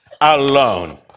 alone